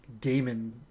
Damon